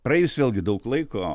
praėjus vėlgi daug laiko